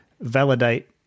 validate